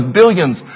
billions